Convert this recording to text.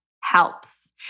helps